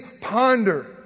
ponder